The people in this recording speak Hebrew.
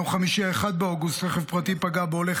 ביום חמישי 1 באוגוסט רכב פרטי פגע בהולך